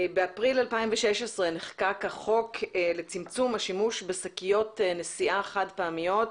באפריל 2016 נחקק החוק לצמצום השימוש בשקיות נשיאה חד פעמיות,